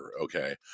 okay